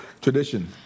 Tradition